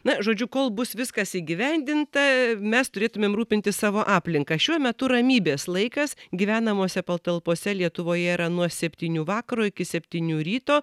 na žodžiu kol bus viskas įgyvendinta mes turėtumėm rūpintis savo aplinka šiuo metu ramybės laikas gyvenamose patalpose lietuvoje yra nuo septynių vakaro iki septynių ryto